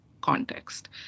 context